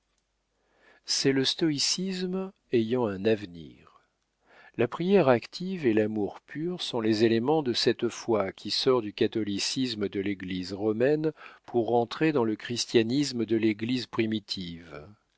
c'est le stoïcisme ayant un avenir la prière active et l'amour pur sont les éléments de cette foi qui sort du catholicisme de l'église romaine pour rentrer dans le christianisme de l'église primitive